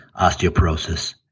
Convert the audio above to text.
osteoporosis